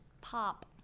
pop